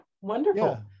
wonderful